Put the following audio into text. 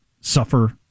suffer